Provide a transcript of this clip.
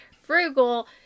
frugal